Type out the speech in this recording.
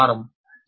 சரி